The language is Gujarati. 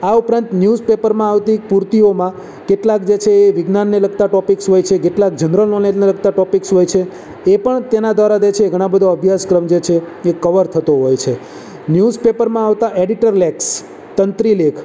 આ ઉપરાંત ન્યૂઝપેપરમાં આવતી પૂર્તિઓમાં કેટલાક જે છે એ વિજ્ઞાનને લગતા ટોપીકસ હોય છે કેટલાક જનરલ નોલેજને લગતા ટોપીકસ હોય છે એ પણ તેના દ્વારા જે છે એ ઘણા બધા અભ્યાસક્રમ જે છે એ કવર થતો હોય છે ન્યૂઝપેપરમાં આવતા એડિટર લેખ તંત્રી લેખ